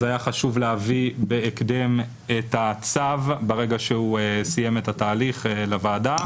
אז היה חשוב להביא בהקדם את הצו ברגע שהוא סיים את התהליך לוועדה,